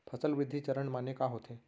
फसल वृद्धि चरण माने का होथे?